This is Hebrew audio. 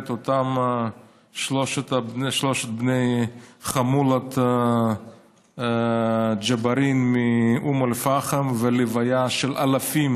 אותם שלושת בני חמולת ג'בארין מאום אל-פחם והלוויה של אלפים